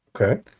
Okay